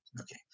Okay